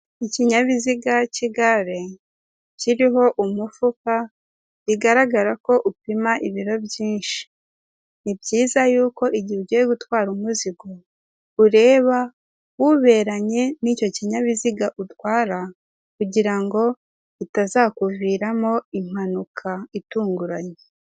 Ikinyabiziga cy'igare kiriho umufuka rigaragara ko upima ibiro byinshi. Ni byiza yuko igihe ugiye gutwara umuzigo ureba uberanye n'icyo kinyabiziga utwara kugirango utazakuviramo impanuka itunguranye.